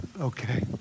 Okay